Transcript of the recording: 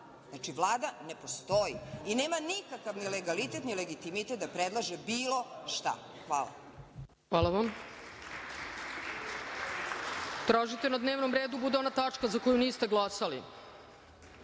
pala. Vlada ne postoji i nema nikakav legalitet i legitimitet da prelaže bilo šta. Hvala.